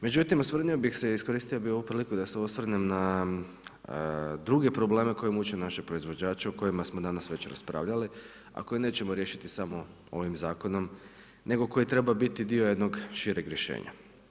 Međutim, osvrnuo bih se i iskoristio bi ovu priliku da se osvrnem na druge probleme koje muče naše proizvođače o kojima smo danas već raspravljali, a koji nećemo riješiti samo ovim zakonom, nego koji treba biti dio jednog šireg rješenja.